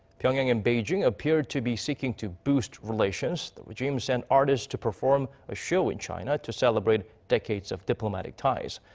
pyeongyang and beijing appear to be seeking to boost relations. the regime sent artists to perform a show in china, to celebrate decades of diplomatic ties.